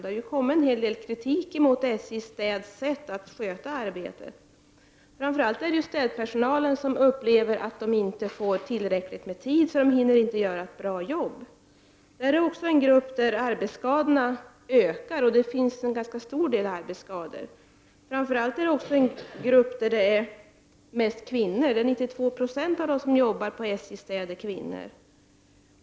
Det har kommit en hel del kritik emot det sätt som SJ Städ sköter arbetet på. Städpersonalen upplever framför allt att den inte får tillräckligt med tid och att den därför inte hinner göra ett bra arbete. Städpersonalen utgör också en grupp där arbetsskadorna ökar. Det finns en ganska stor andel-arbetsskador. Det är en grupp som främst utgörs av kvinnor. 92 76 av dem som arbetar på SJ Städ är kvinnor.